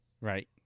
Right